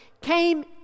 came